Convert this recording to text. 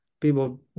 people